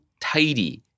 tidy